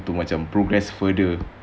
too much on progress further